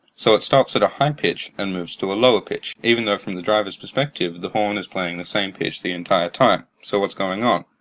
so it starts at a high pitch and moves to a lower pitch, even though from the driver's perspective, the horn is playing the same pitch the entire time. so what's going on?